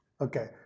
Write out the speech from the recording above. Okay